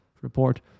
report